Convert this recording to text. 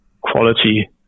quality